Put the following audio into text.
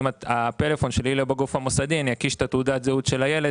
אם לגוף המוסדי אין את הפלאפון שלי אני אקיש את תעודת הזהות של הילד,